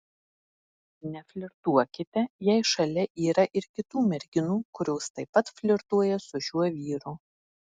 neflirtuokite jei šalia yra ir kitų merginų kurios taip pat flirtuoja su šiuo vyru